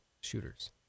shooters